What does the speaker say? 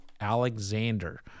Alexander